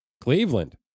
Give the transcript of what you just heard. Cleveland